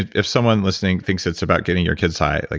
if someone listening thinks it's about getting your kids high, ah